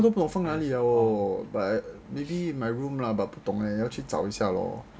放都不懂放哪里 liao lor but maybe my room lah but 不懂 eh 要去找一下咯